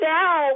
now